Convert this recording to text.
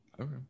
Okay